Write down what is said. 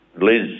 Liz